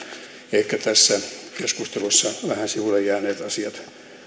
ehkä tässä keskustelussa vähän sivulle jääneet asiat